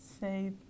say